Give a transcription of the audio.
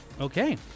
Okay